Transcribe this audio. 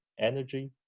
energy